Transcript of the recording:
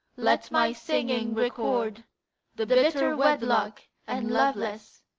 let my singing record the bitter wedlock and loveless,